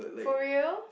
for real